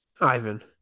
ivan